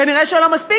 כנראה לא מספיק,